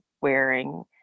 wearing